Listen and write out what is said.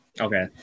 Okay